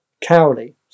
Cowley